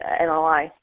NLI